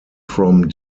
from